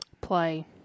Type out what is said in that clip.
Play